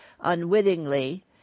unwittingly